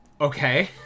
Okay